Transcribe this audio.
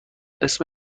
متوجه